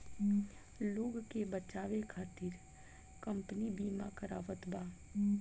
लोग के बचावे खतिर कम्पनी बिमा करावत बा